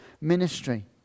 ministry